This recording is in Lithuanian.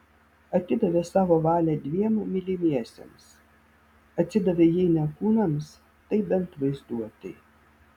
atidavė savo valią dviem mylimiesiems atsidavė jei ne kūnams tai bent vaizduotei